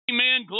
Amen